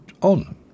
on